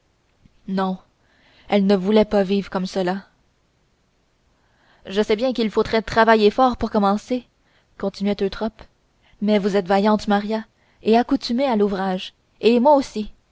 non elle ne voulait pas vivre comme cela je sais bien qu'il faudrait travailler fort pour commencer continuait eutrope mais vous êtes vaillante maria et accoutumée à l'ouvrage et moi aussi